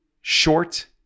short